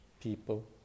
people